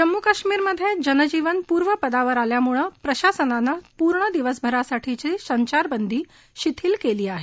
जम्मू काश्मीर मध्ये जनजीवन पूर्व पदावर आल्यामुळे प्रशासनानं पूर्ण दिवसभरासाठी संचारबंदी शिथिल केली आहे